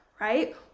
right